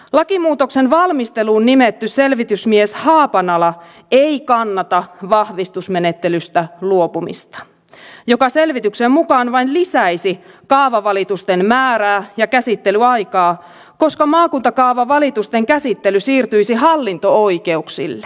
lakimuutoksen valmisteluun nimetty selvitysmies haapanala ei kannata vahvistusmenettelystä luopumista joka selvityksen mukaan vain lisäisi kaavavalitusten määrää ja käsittelyaikaa koska maakuntakaavavalitusten käsittely siirtyisi hallinto oikeuksille